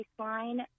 Baseline